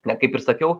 ne kaip ir sakiau